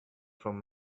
from